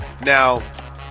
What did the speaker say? Now